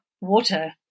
Water